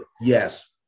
Yes